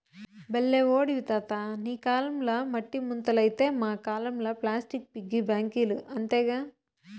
బల్లే ఓడివి తాతా నీ కాలంల మట్టి ముంతలైతే మా కాలంల ప్లాస్టిక్ పిగ్గీ బాంకీలు అంతేగా